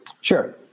Sure